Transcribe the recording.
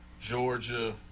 Georgia